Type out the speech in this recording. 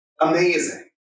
amazing